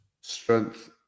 strength